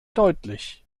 deutlich